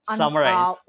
summarize